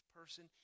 person